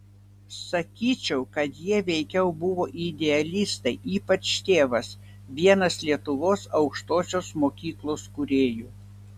sakyčiau kad jie veikiau buvo idealistai ypač tėvas vienas lietuvos aukštosios mokyklos kūrėjų